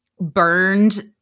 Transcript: burned